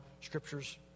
scriptures